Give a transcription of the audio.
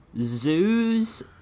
zoos